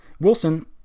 Wilson